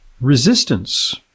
resistance